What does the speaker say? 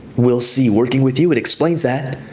will see working with you. it explains that.